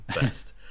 best